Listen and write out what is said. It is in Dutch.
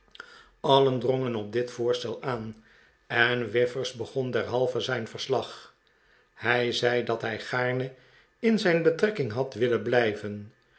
allen drongen op dit voorstel aan en whiffers begon derhalve zijn verslag hij zei dat hij gaarne in zijn betrekking had willen blijven